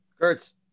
Kurtz